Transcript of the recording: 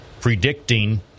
predicting